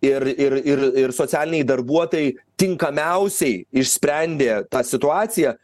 ir ir ir ir socialiniai darbuotojai tinkamiausiai išsprendė tą situaciją